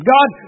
God